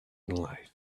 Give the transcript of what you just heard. life